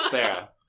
Sarah